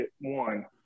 one